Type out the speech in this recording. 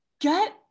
get